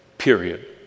Period